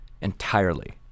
entirely